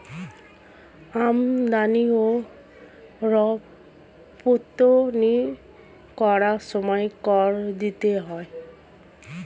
আমদানি ও রপ্তানি করার সময় কর দিতে হয়